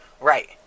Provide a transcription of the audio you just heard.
Right